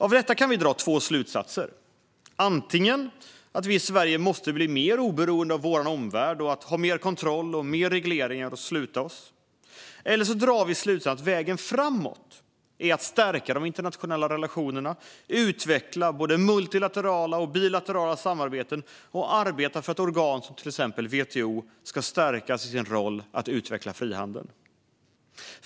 Av detta kan vi dra två slutsatser: antingen att vi Sverige måste bli mer oberoende av vår omvärld och ha mer kontroll och regleringar och sluta oss eller att vägen framåt är att stärka de internationella relationerna, utveckla både multilaterala och bilaterala samarbeten och arbeta för att organ som till exempel WTO stärks i sin roll att utveckla frihandel.